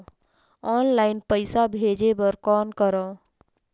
Online पईसा भेजे बर कौन करव?